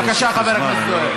בבקשה, חבר הכנסת זוהיר.